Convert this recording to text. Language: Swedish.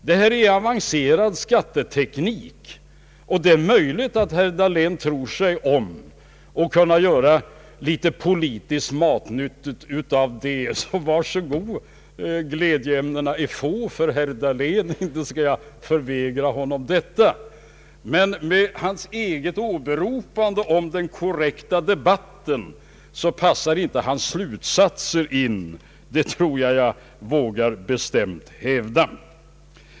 Detta är avancerad skatteteknik, och det är möjligt att herr Dahlén tror sig om att kunna göra något politiskt matnyttigt av det. Var så god i så fall! Glädjeämnena är få för herr Dahlén. Inte skall jag förvägra honom detta. Men herr Dahléns slutsatser passar inte in i hans eget åberopande av angelägenheten i att föra en korrekt debatt — det tror jag att jag vågar bestämt hävda.